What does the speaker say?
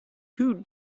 two